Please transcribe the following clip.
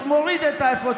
שמוריד את האפוד,